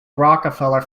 rockefeller